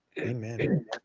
Amen